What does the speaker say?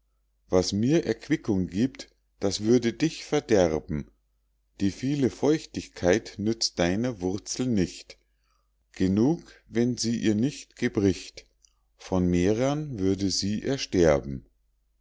was mir erquickung gibt das würde dich verderben die viele feuchtigkeit nützt deiner wurzel nicht genug wenn sie ihr nicht gebricht von mehrern würde sie ersterben